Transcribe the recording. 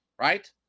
right